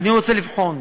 אני רוצה לבחון.